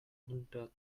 hundert